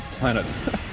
Planet